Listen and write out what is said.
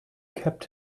kept